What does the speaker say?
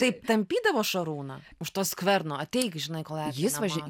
taip tampydavo šarūną už skverno ateik žinai kol eglė nemato